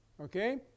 Okay